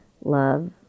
love